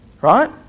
right